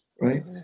right